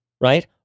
right